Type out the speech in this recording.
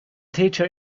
teacher